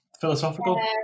Philosophical